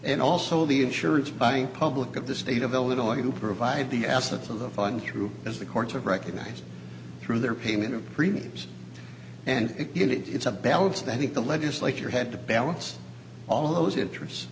and also the insurance buying public of the state of illinois who provide the assets of the fund through as the courts have recognized through their payment of premiums and it it's a balance that if the legislature had to balance all those interests